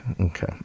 Okay